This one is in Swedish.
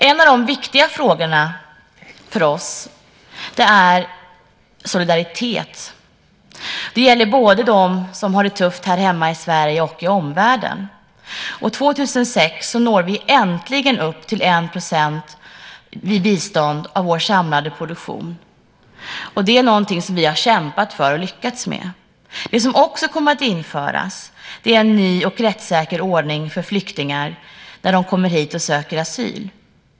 En av de viktiga frågorna för oss är solidaritet. Det gäller både dem som har det tufft här hemma i Sverige och i omvärlden. 2006 når vi äntligen upp till 1 % i bistånd av vår samlade produktion. Det är något som vi kämpat för och nu lyckats uppnå. Det kommer också att införas en ny och rättssäker ordning för flyktingar när de kommer hit och söker asyl.